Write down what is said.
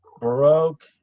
Baroque